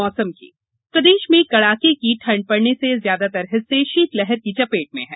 मौसम ठंड प्रदेश में कड़ाके की ठंड पड़ने से ज्यादातर हिस्से शीतलहर की चपेट में है